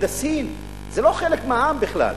הם לא חלק מהעם בכלל,